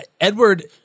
Edward